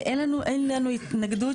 אין לנו התנגדות